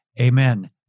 Amen